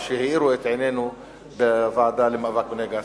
שהאירו את עינינו בוועדה למאבק בנגע הסמים.